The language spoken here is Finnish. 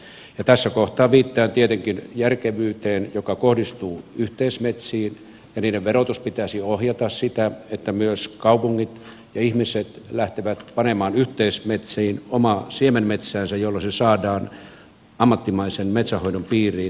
ja tässä kohtaa viittaan tietenkin järkevyyteen joka kohdistuu yhteismetsiin ja niiden verotuksen pitäisi ohjata sitä että myös kaupungit ja ihmiset lähtevät panemaan yhteismetsiin omaa siemenmetsäänsä jolloin se saadaan ammattimaisen metsänhoidon piiriin